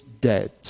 dead